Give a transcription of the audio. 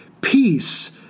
peace